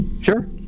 Sure